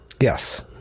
Yes